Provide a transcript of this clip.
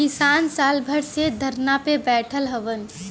किसान साल भर से धरना पे बैठल हउवन